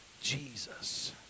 Jesus